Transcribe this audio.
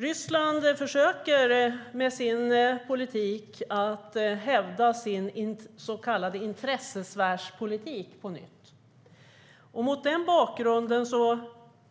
Ryssland försöker med sin politik hävda sin så kallade intressesfärspolitik på nytt. Mot den bakgrunden